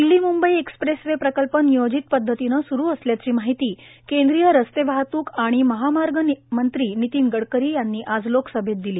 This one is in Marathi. दिल्ली मूंबई एक्सप्रेस वे प्रकल्प नियोजीत पद्धतीने स्रू असल्याची माहिती केंद्रीय रस्ते वाहतूक आणि महामार्ग मंत्री नितीन गडकरी यांनी आज लोकसभेत दिली